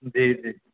जी जी